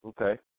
Okay